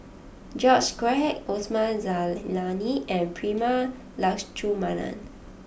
George Quek Osman Zailani and Prema Letchumanan